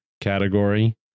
category